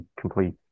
complete